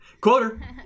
quarter